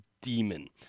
demon